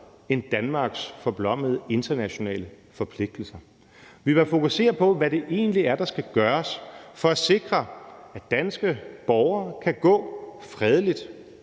end om Danmarks forblommede internationale forpligtelser. Vi bør fokusere på, hvad det egentlig er, der skal gøres for at sikre, at danske borgere kan gå fredeligt